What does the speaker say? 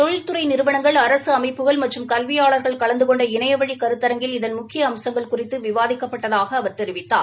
தொழில்துறை நிறுவனங்கள் அரசு அமைப்புகள் மற்றும் கல்வியாளர்கள் கலந்து கொண்ட இணையவழி கருத்தரங்கில் இதன் முக்கிய அம்சங்கள் குறித்து விவாதிக்கப்பட்டதாக அவர் தெரிவித்தார்